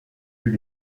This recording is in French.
put